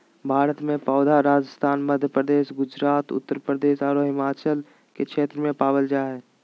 भारत में पौधा राजस्थान, मध्यप्रदेश, गुजरात, उत्तरप्रदेश आरो हिमालय के क्षेत्र में पावल जा हई